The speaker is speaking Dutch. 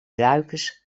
duikers